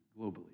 globally